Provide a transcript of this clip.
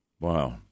Wow